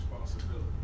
responsibility